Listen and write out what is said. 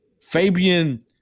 Fabian